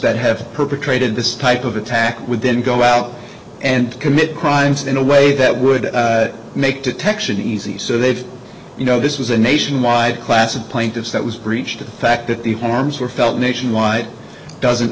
that have perpetrated this type of attack would then go out and commit crimes in a way that would make detection easy so they did you know this was a nationwide class of plaintiffs that was breached the fact that the forms were felt nationwide doesn't